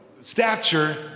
stature